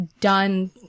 done